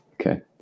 Okay